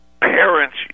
parents